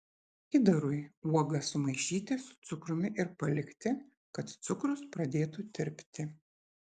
įdarui uogas sumaišyti su cukrumi ir palikti kad cukrus pradėtų tirpti